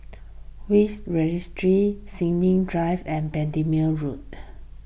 Will's Registry Sin Ming Drive and Bendemeer Road